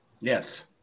Yes